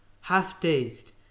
Half-dazed